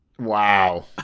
Wow